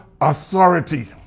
authority